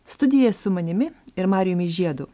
studija su manimi ir marijumi žiedu